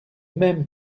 même